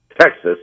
Texas